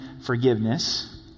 forgiveness